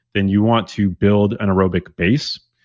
then you want to build an aerobic base,